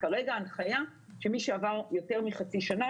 כרגע ההנחיה שמי שעבר יותר מחצי שנה,